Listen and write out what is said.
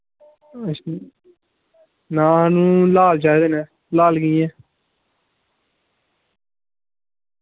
ना नूं लाल चाहिदे नै लाल कि'यां ऐ